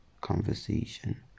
conversation